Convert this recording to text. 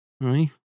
right